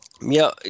mir